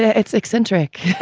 ah it's eccentric